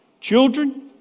Children